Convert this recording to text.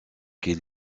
qu’il